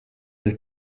del